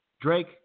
Drake